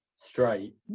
straight